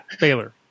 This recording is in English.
Baylor